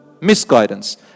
misguidance